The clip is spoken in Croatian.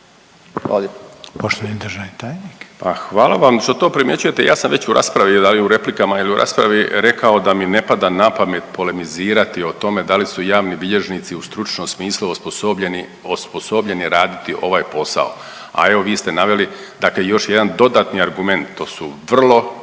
hvala vam što to primjećujete, ja sam već u raspravi, da li replikama ili u raspravi rekao da mi ne pada na pamet polemizirati o tome da li su javni bilježnici u stručnom smislu osposobljeni, osposobljeni raditi ovaj posao, a evo vi ste naveli dakle još jedan dodatni argument, to su vrlo